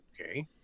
okay